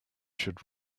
should